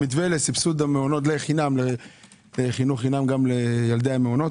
המתווה לסבסוד המעונות לחינוך חינם גם לילדי המעונות.